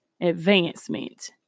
advancement